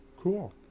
Cool